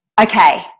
okay